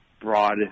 broad